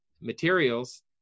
materials